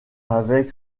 avec